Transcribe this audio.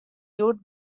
hjoed